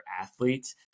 athletes